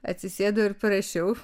atsisėdau ir parašiau